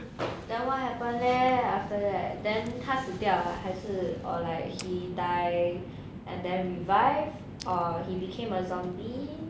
then what happen leh after that then 他死掉啊还是 or like he die and then revive or he became a zombie